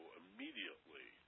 immediately